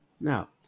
Now